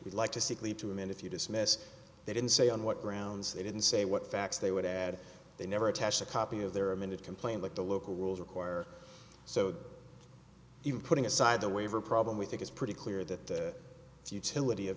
dismiss they didn't say on what grounds they didn't say what facts they would add they never attached a copy of their amended complaint with the local rules require so even putting aside the waiver problem we think it's pretty clear that the utility of